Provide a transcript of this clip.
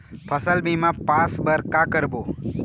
फसल बीमा पास बर का करबो?